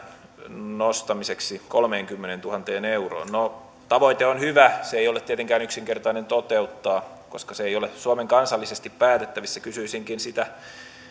nostamiseksi kolmeenkymmeneentuhanteen euroon no tavoite on hyvä se ei ole tietenkään yksinkertainen toteuttaa koska se ei ole suomen kansallisesti päätettävissä kysyisinkin